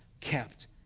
kept